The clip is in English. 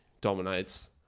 dominates